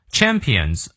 Champions